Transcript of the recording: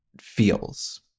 feels